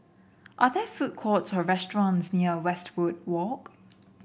are there food courts or restaurants near Westwood Walk